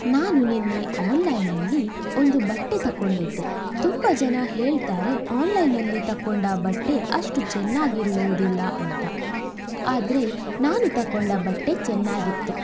ನಾನು ನಿನ್ನೆ ಆನ್ಲೈನಲ್ಲಿ ಒಂದು ಬಟ್ಟೆ ತಕೊಂಡಿದ್ದೆ ತುಂಬ ಜನ ಹೇಳ್ತಾರೆ ಆನ್ಲೈನಲ್ಲಿ ತಕೊಂಡ ಬಟ್ಟೆ ಅಷ್ಟು ಚೆನ್ನಾಗಿರುವುದಿಲ್ಲ ಅಂತ ಆದರೆ ನಾನು ತಕೊಂಡ ಬಟ್ಟೆ ಚೆನ್ನಾಗಿತ್ತು